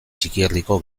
txikierdiko